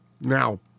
Now